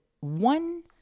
one